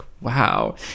wow